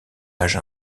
âge